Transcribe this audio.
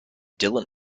dylan